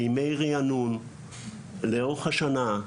בימי ריענון לאורך השנה.